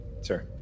Sir